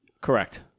Correct